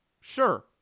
Sure